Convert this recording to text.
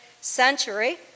century